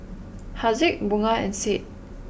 Haziq Bunga and Said